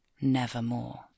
nevermore